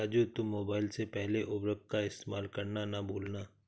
राजू तुम मोबाइल से पहले उर्वरक का इस्तेमाल करना ना भूलना